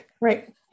right